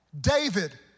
David